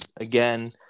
Again